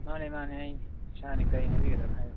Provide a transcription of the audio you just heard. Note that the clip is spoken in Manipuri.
ꯃꯥꯟꯅꯦ ꯃꯥꯟꯅꯦ ꯑꯩꯅꯦ ꯏꯁꯥꯅꯦ ꯀꯩ ꯍꯥꯏꯕꯤꯒꯗꯕ ꯍꯥꯏꯌꯣ